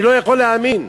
אני לא יכול להאמין.